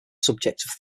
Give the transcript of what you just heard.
subject